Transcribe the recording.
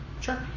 Sure